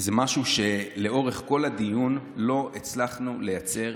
וזה משהו שלאורך כל הדיון לא הצלחנו לייצר,